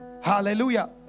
Hallelujah